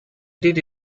did